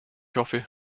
hoffe